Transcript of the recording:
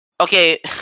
Okay